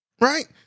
Right